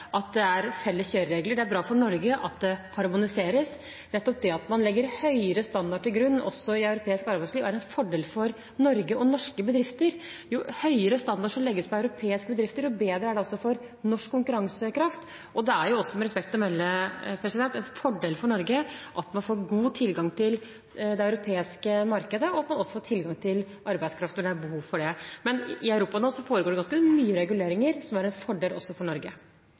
at det er felles kjøreregler, det er bra for Norge at det harmoniseres. Nettopp det at man legger høyere standarder til grunn også i europeisk arbeidsliv, er en fordel for Norge og norske bedrifter. Jo høyere standarder som legges for europeiske bedrifter, jo bedre er det for norsk konkurransekraft. Det er jo også – med respekt å melde – en fordel for Norge at man får god tilgang til det europeiske markedet og også tilgang til arbeidskraft når det er behov for det. I Europa foregår det nå ganske mye regulering som er en fordel også for Norge.